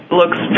looks